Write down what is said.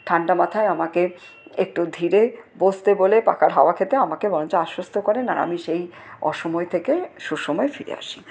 ঠান্ডা মাথায় আমাকে একটু ধীরে বসতে বলে পাখার হাওয়া খেতে আমাকে বরঞ্চ আশ্বস্ত করেন আর আমি সেই অসময় থেকে সুসময়ে ফিরে আসি